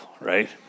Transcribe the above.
right